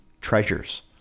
treasures